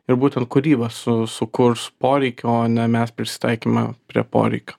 ir būtent kūryba su sukurs poreikį o ne mes prisitaikymą prie poreikio